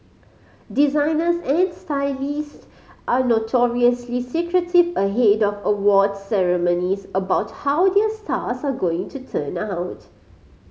designers and stylist are notoriously secretive ahead of awards ceremonies about how their stars are going to turn out